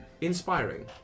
inspiring